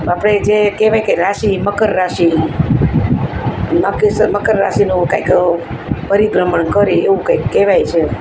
આપણે જે કહેવાય કે રાશિ મકર રાશિ મકર શ રાશિનું કંઈક પરિભ્રમણ કરે એવું કંઈક કહેવાય છે